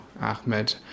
Ahmed